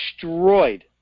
destroyed